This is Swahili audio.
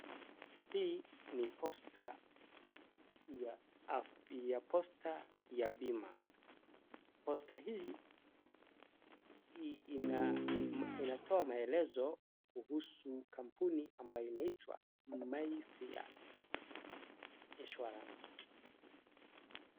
Hii ni posta ya bima, posta hii inatoa maelezo kuhusu kampuni ambayo inaitwa Mayfair Insurance .